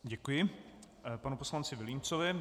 Děkuji panu poslanci Vilímcovi.